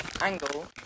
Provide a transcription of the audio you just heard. angle